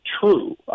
true